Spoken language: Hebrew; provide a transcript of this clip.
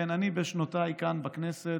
כן, אני בשנותיי כאן בכנסת,